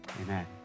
Amen